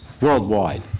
worldwide